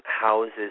houses